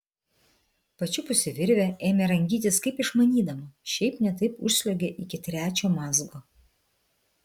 pačiupusi virvę ėmė rangytis kaip išmanydama šiaip ne taip užsliuogė iki trečio mazgo